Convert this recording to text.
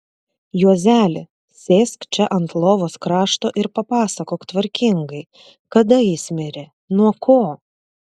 juozeli sėsk čia ant lovos krašto ir papasakok tvarkingai kada jis mirė nuo ko